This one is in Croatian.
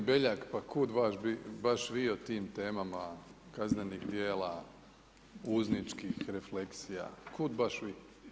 G. Beljak, pa kud baš vi o tim temama kaznenih dijela, uzničkih refleksija, kud baš vi?